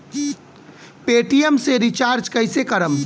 Paytm से recharge कईसे करम?